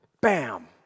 Bam